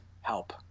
help